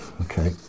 Okay